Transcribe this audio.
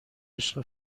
عشق